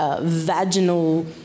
vaginal